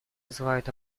вызывают